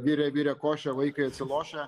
virė virė košę vaikai atsilošę